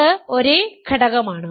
അത് ഒരേ ഘടകമാണ്